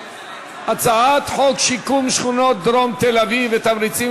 הצעת חוק שיקום שכונות דרום תל-אביב ותמריצים